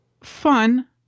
fun